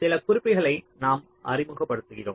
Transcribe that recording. சில குறிப்புகளை நாம் அறிமுகப்படுத்துவோம்